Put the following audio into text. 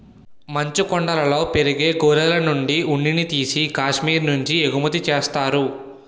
మంచుకొండలలో పెరిగే గొర్రెలనుండి ఉన్నిని తీసి కాశ్మీరు నుంచి ఎగుమతి చేత్తారు